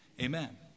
Amen